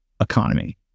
economy